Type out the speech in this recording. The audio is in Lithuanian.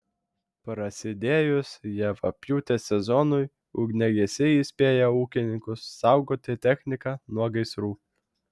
prasidėjus javapjūtės sezonui ugniagesiai įspėja ūkininkus saugoti techniką nuo gaisrų